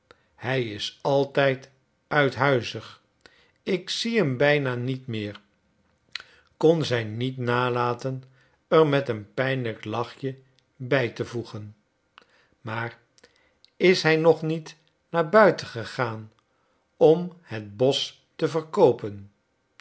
hij is altijd uithuizig ik zie hem bijna niet meer kon zij niet nalaten er met een pijnlijk lachje bij te voegen maar is hij nog niet naar buiten gegaan om het bosch te verkoopen